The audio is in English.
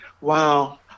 Wow